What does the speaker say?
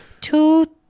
two